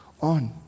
on